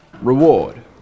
reward